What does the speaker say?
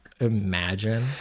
Imagine